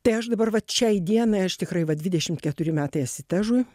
tai aš dabar vat šiai dienai aš tikrai va dvidešimt keturi metai asitežui